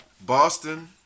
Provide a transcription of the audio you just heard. Boston